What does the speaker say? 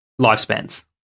lifespans